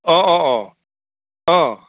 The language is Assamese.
অঁ অঁ অঁ অঁ